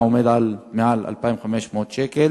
העומד על יותר מ-2,500 שקל,